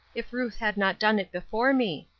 if ruth had not done it before me.